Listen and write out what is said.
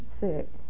sick